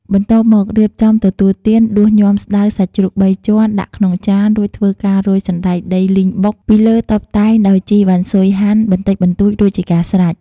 បន្ទាប់មករៀបចំទទួលទានដួសញាំស្តៅសាច់ជ្រូកបីជាន់ដាក់ក្នុងចាន រួចធ្វើការរោយ សណ្ដែកដីលីងបុក ពីលើ តុបតែងដោយ ជីរវ៉ាន់ស៊ុយហាន់ បន្តិចបន្តួចរួចជាការស្រេច។